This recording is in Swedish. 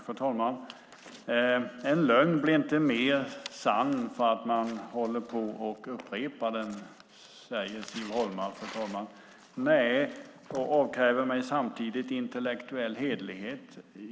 Fru talman! En lögn blir inte mer sann för att man håller på och upprepar den, säger Siv Holma och avkräver mig samtidigt intellektuell hederlighet.